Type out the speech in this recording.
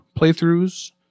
playthroughs